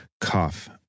Cough